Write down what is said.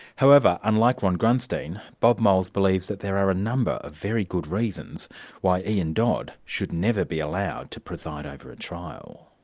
however, unlike ron grunstein, bob moles believes that there are a number of very good reasons why ian dodd should never be allowed to preside over a trial.